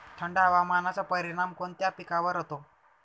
थंड हवामानाचा परिणाम कोणत्या पिकावर होतो?